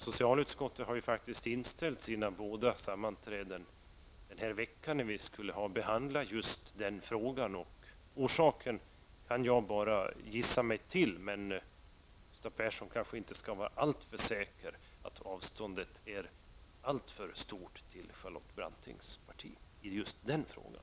Socialutskottet har ju faktiskt inställt sina båda sammanträden den här veckan. Där skulle vi ha behandlat just den här frågan. Jag kan bara gissa mig till orsaken. Gustav Persson skall kanske inte vara alltför säker på att avståndet till Charlotte Brantings parti är alltför stort i den frågan.